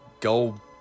go